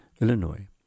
Illinois